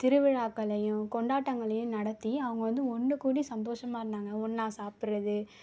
திருவிழாக்களையும் கொண்டாட்டங்களையும் நடத்தி அவங்க வந்து ஒன்று கூடி சந்தோஷமா இருந்தாங்க ஒன்னாக சாப்புடுறது